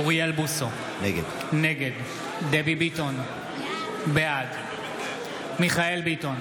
נגד אוריאל בוסו, נגד דבי ביטון, בעד מיכאל ביטון